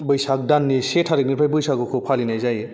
बैसाग दाननि से थारिकनिफ्राय बैसागुखौ फालिनाय जायो